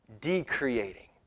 decreating